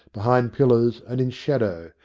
behind pillars and in shadow,